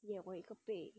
你也还一个背